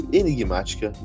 enigmática